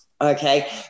okay